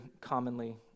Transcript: commonly